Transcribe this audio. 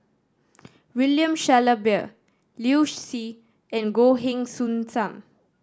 William Shellabear Liu Si and Goh Heng Soon Sam